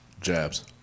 Jabs